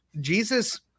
Jesus